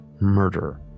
murder